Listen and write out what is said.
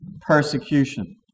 Persecution